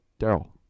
Daryl